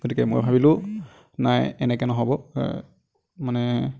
গতিকে মই ভাবিলোঁ নাই এনেকৈ নহ'ব মানে